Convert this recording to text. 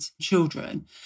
children